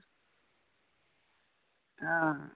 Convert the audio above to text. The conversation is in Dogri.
हां